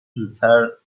زودتر